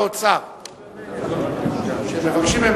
אבל גם כי היא רופאה והיא עוזרת לי תמיד,